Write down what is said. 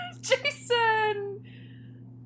jason